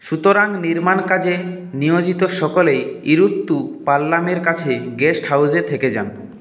সুতরাং নির্মাণ কাজে নিয়োজিত সকলেই ইরুত্তু পাল্লামের কাছে গেস্ট হাউসে থেকে যান